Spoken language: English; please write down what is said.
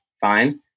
fine